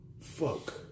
Fuck